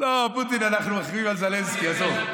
לא פוטין, אנחנו מכריעים על זלנסקי, עזוב.